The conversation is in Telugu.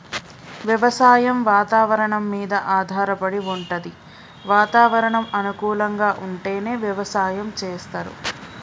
వ్యవసాయం వాతవరణం మీద ఆధారపడి వుంటది వాతావరణం అనుకూలంగా ఉంటేనే వ్యవసాయం చేస్తరు